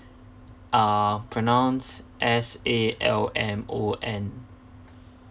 uh pronounce S A L M O N